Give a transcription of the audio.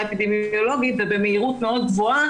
אפידמיולוגית ובמהירות גבוהה מאוד,